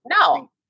No